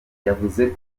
yavuze